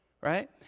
right